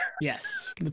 yes